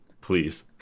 Please